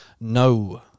No